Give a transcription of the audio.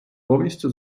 повністю